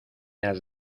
has